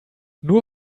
nur